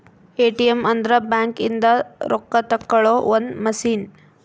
ATM ಅಂದ್ರ bank ಇಂದ ರೊಕ್ಕ ತೆಕ್ಕೊಳೊ ಒಂದ್ ಮಸಿನ್